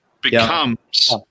Becomes